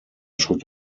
should